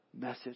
message